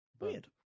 weird